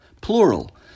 Plural